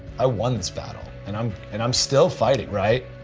i won this battle, and um and i'm still fighting right?